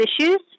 issues